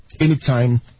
anytime